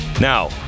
Now